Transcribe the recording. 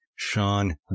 Sean